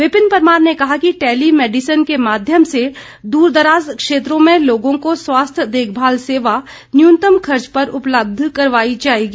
विपिन परमार ने कहा कि टैली मैडिसन के माध्यम से दूरदराज़ क्षेत्रों में लोगों को स्वास्थ्य देखभाल सेवा न्यूनतम खर्च पर उपलब्ध करवाई जाएगी